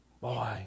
Boy